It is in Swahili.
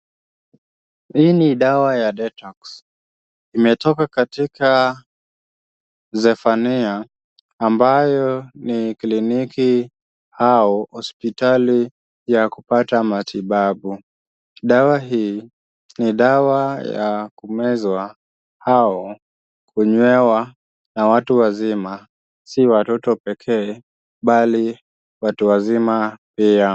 Hii ni dawa ya Detox, imetoka katika Zefania ambayo ni kliniki au hospitali ya kupata matibabu. Dawa hii ni dawa ya kumezwa au kunywewa na watu wazima si watoto pekee bali watu wazima pia.